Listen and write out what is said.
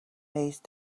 these